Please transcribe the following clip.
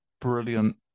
brilliant